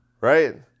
Right